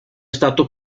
stato